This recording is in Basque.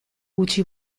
gutxi